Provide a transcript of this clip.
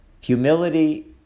Humility